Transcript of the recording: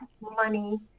money